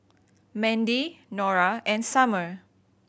Mandy Nora and Summer